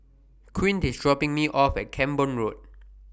Quint IS dropping Me off At Camborne Road